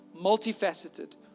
multifaceted